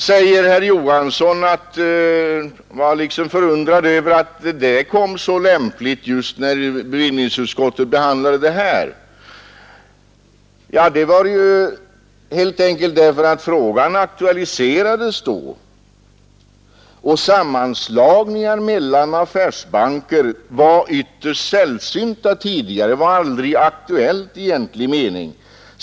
Herr Olof Johansson i Stockholm var förvånad över att det kom så lämpligt just när bevillningsutskottet behandlade det här spörsmålet. Men anledningen var helt enkelt den att frågan aktualiserades då, och sammanslagningar mellan affärsbanker var ytterst sällsynta tidigare. Det var aldrig aktuellt i egentlig mening.